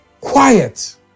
quiet